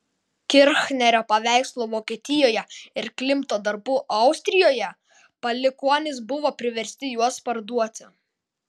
kirchnerio paveikslo vokietijoje ir klimto darbų austrijoje palikuonys buvo priversti juos parduoti